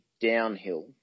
downhill